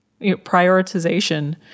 prioritization